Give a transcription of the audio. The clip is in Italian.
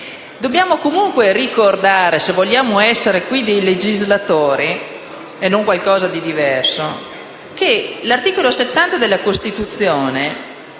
Dobbiamo comunque ricordare, se vogliamo essere dei legislatori e non qualcosa di diverso, che l'articolo 70 della Costituzione